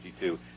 1952